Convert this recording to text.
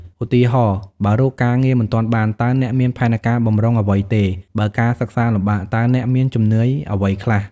ឧទាហរណ៍ បើរកការងារមិនទាន់បាន តើអ្នកមានផែនការបម្រុងអ្វីទេ? បើការសិក្សាលំបាក តើអ្នកមានជំនួយអ្វីខ្លះ?